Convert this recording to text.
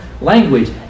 language